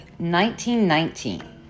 1919